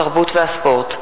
התרבות והספורט.